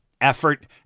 effort